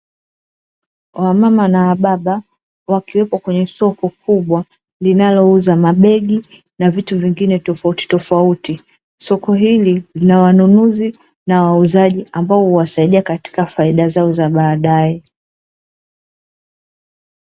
Wamama na wa baba wakiwepo kwenye soko kubwa linalouza mabegi na vitu vingine tofauti tofauti, soko hili lina wanunuzi na wauzaji ambao huwasaidia katika faida zao za baadae.